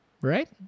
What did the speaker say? Right